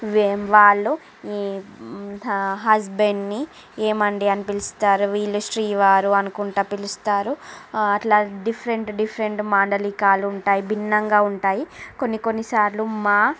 వాళ్ళు ఈ హ హస్బెండ్ని ఏమండీ అని పిలుస్తారు వీళ్ళు శ్రీవారు అనుకుంటా పిలుస్తారు అట్లా డిఫరెంట్ డిఫరెంట్ మాండలికాలు ఉంటాయి భిన్నంగా ఉంటాయి కొన్ని కొన్ని సార్లు మా